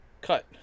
cut